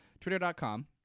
Twitter.com